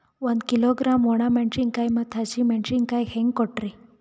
ಒಂದ ಕಿಲೋಗ್ರಾಂ, ಒಣ ಮೇಣಶೀಕಾಯಿ ಮತ್ತ ಹಸಿ ಮೇಣಶೀಕಾಯಿ ಹೆಂಗ ಕೊಟ್ರಿ?